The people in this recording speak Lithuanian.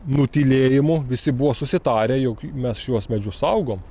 nutylėjimu visi buvo susitarę jog mes šiuos medžius saugom